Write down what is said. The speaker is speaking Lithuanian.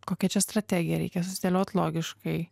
kokia čia strategija reikia susidėliot logiškai